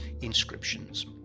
inscriptions